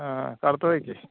हाँ करतय की